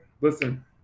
Listen